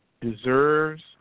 deserves